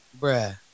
Bruh